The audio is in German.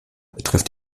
betrifft